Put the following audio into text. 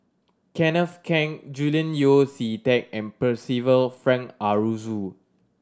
Kenneth Keng Julian Yeo See Teck and Percival Frank Aroozoo